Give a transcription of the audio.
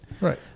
Right